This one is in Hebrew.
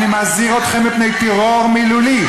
אני מזהיר אתכם מפני טרור מילולי.